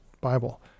Bible